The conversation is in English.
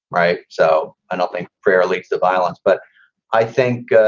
right. so i don't think prayer relates to violence, but i think